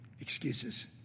Excuses